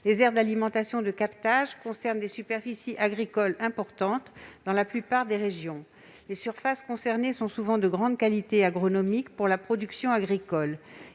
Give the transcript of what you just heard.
Les aires d'alimentation de captages concernent des superficies agricoles importantes dans la plupart des régions. Les surfaces concernées sont souvent de grande qualité agronomique pour la production agricole.